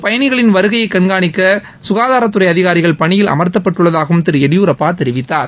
பயணிகளின் வருகையை கண்காணிக்க சுகாதாரத்துறை அதிகாரிகள் பணியில் அங்கு அமர்த்தப்பட்டுள்ளதாக திரு எடியூரப்பா தெரிவித்தார்